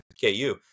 KU